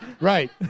right